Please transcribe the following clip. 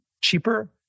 cheaper